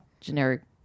generic